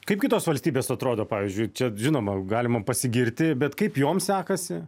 kaip kitos valstybės atrodo pavyzdžiui čia žinoma galima pasigirti bet kaip jom sekasi